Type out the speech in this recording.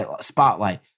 spotlight